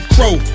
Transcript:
Crow